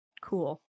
cool